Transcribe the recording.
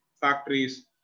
factories